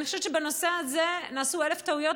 אני חושבת שבנושא הזה נעשו אלף טעויות,